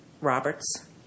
Roberts